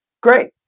great